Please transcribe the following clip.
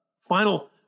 final